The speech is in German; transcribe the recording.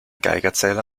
geigerzähler